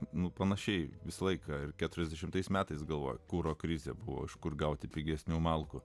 nu panašiai visą laiką ir keturiasdešimtais metais galvojau kuro krizė buvo iš kur gauti pigesnių malkų